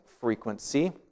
frequency